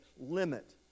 limit